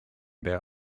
their